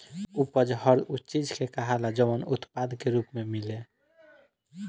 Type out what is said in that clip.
उपज हर उ चीज के कहाला जवन उत्पाद के रूप मे मिले